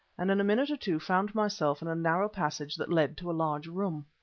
and in a minute or two found myself in a narrow passage that led to a large room.